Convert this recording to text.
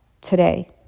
today